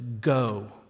go